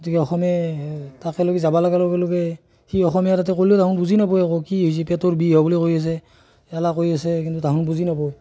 এতিয়া অসমে তাকেলৈকে যাবা লগাৰ লগে লগে সি অসমীয়া তাতে ক'লেও দেখোন বুজি নাপায় একো কি হৈছে পেটৰ বিষ হোৱা বুলি কৈ আছে হেলা কৈ আছে কিন্তু তাহোন বুজি নাপায়